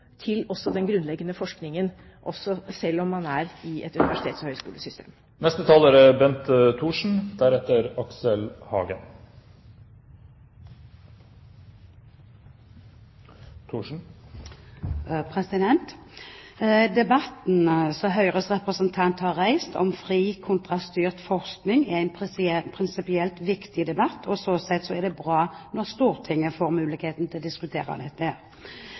til den grunnleggende forskningen også selv om man er i et universitets- og høyskolesystem. Debatten som Høyres representant har reist om fri kontra styrt forskning, er en prinsipielt viktig debatt, og sånn sett er det bra når Stortinget får muligheten til å diskutere dette.